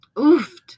oof